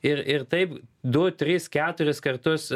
ir ir taip du tris keturis kartus